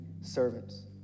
servants